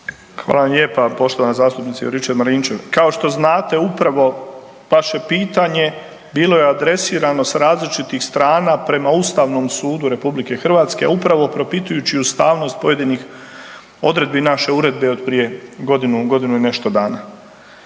vam lijepa poštovana zastupnice Juričev-Marinčev. Kao što znate upravo vaše pitanje bilo je adresirano s različitih strana prema Ustavnom sudu RH upravo propitujući ustavnost pojedinih odredbi naše uredbe od prije godinu, godinu i nešto dana.